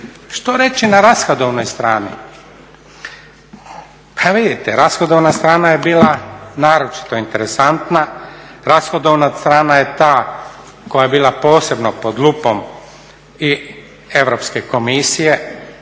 Što reći na rashodovnoj strani? Pa vidite, rashodovna strana je bila naročito interesantna, rashodovna strana je ta koja je bila posebno pod lupom i Europske komisije,